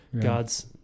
God's